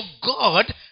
God